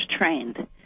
trained